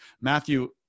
Matthew